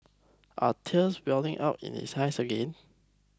are tears welling up in his eyes again